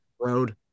Road